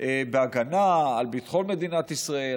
בהגנה על ביטחון מדינת ישראל,